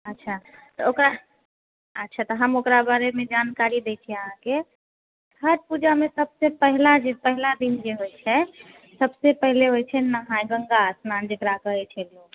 अच्छा तऽ ओकरा अच्छा तऽ हम ओकरा बारे मे जानकारी दै छी अहाँके छठि पूजा मे सबसँ पहिला दिन जे होइ छै सबसँ पहिले होइ छै नहाय गंगा स्नान जकरा कहै छै लोक